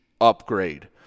upgrade